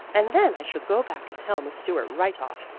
and then i shall go back and tell miss stuart right off,